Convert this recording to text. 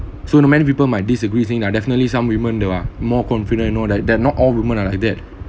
so know many people might disagree think that are definitely some women that are more confident you know that that are not all women are like that